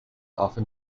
often